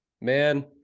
man